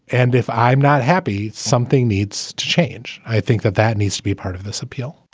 and if i'm not happy. something needs to change. i think that that needs to be part of this appeal.